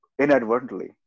inadvertently